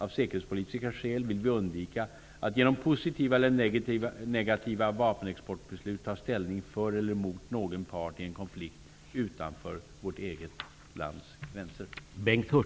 Av säkerhetspolitiska skäl vill vi undvika att genom positiva eller negativa vapenexportbeslut ta ställning för eller emot någon part i en konflikt utanför vårt eget lands gränser.